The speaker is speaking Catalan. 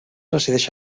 resideix